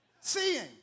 Seeing